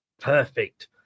Perfect